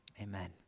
Amen